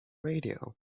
radio